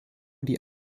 die